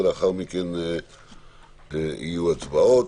ולאחר מכן יהיו הצבעות.